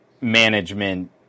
management